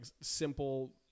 simple